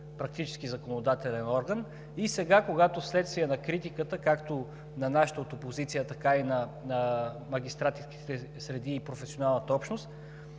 съвет законодателен орган, и сега, когато вследствие на критиката, както нашата от опозицията, така и от магистратските среди и професионалната общност,